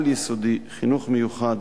על-יסודי, חינוך מיוחד.